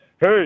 hey